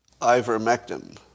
ivermectin